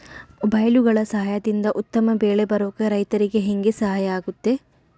ಮೊಬೈಲುಗಳ ಸಹಾಯದಿಂದ ಉತ್ತಮ ಬೆಳೆ ಬರೋಕೆ ರೈತರಿಗೆ ಹೆಂಗೆ ಸಹಾಯ ಆಗುತ್ತೆ?